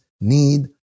need